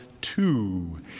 two